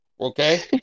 okay